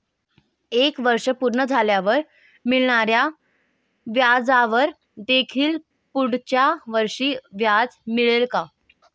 एक वर्ष पूर्ण झाल्यावर मिळणाऱ्या व्याजावर देखील पुढच्या वर्षी व्याज मिळेल का?